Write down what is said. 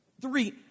three